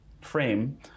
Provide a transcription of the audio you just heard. frame